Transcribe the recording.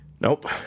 Nope